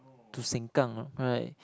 to Sengkang right